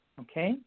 Okay